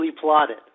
plotted